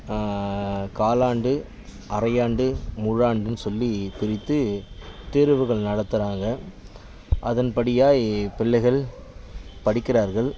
காலாண்டு அரையாண்டு முழாண்டுன்னு சொல்லி பிரித்து தேர்வுகள் நடத்துகிறாங்க அதன்படியாய் பிள்ளைகள் படிக்கிறார்கள்